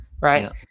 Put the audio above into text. right